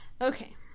Okay